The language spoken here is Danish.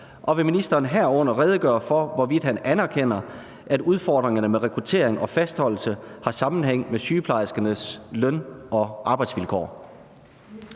og vil ministeren herunder redegøre for, hvorvidt han anerkender, at udfordringerne med rekruttering og fastholdelse har sammenhæng med sygeplejerskernes løn- og arbejdsvilkår?